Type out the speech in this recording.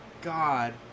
god